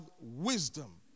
wisdom